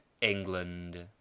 england